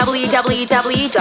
www